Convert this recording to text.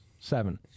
Seven